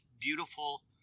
beautiful